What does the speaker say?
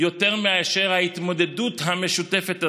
יותר מאשר ההתמודדות המשותפת הזאת.